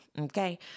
Okay